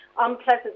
unpleasant